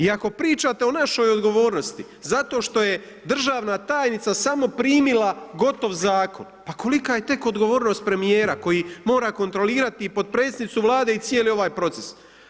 I ako pričate o našoj odgovornosti, zato što je državna tajnica samo primila gotovo zakon, pa kolika je tek odgovornost premijera koji mora kontrolirati i potpredsjednicu Vlade i cijeli ovaj proces.